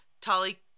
Tali